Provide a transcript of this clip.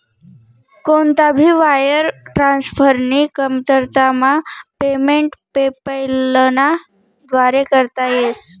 कोणता भी वायर ट्रान्सफरनी कमतरतामा पेमेंट पेपैलना व्दारे करता येस